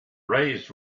raised